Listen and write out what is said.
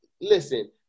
Listen